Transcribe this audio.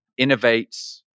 innovates